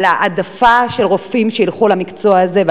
על העדפה של רופאים שילכו למקצוע הזה,